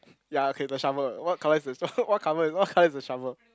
ya okay the shovel what colour is the shovel what colour what colour is the shovel